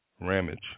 Ramage